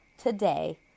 today